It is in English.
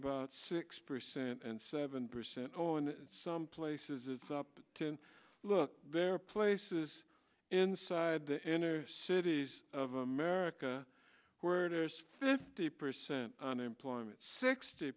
about six percent and seven percent zero in some places it's up to look there are places inside the inner cities of america where there's fifty percent unemployment sixty